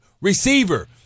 receiver